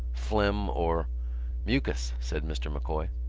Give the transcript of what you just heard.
phlegm or mucus. said mr. m'coy.